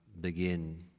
begin